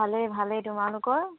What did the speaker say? ভালেই ভালেই তোমালোকৰ